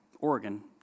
Oregon